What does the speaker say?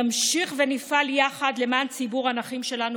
נמשיך ונפעל יחד למען ציבור הנכים שלנו